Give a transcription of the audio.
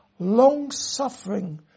long-suffering